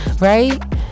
right